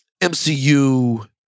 MCU